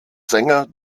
sänger